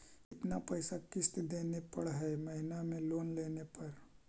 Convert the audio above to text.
कितना पैसा किस्त देने पड़ है महीना में लोन लेने पर?